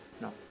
No